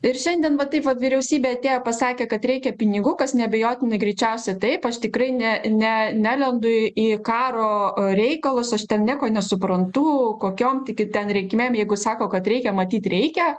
ir šiandien va tai va vyriausybė atėjo pasakė kad reikia pinigų kas neabejotinai greičiausia taip aš tikrai ne ne nelendu į karo reikalus aš ten neko nesuprantu kokiom tik ten reikmėm jeigu sako kad reikia matyt reikia